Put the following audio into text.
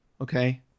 Okay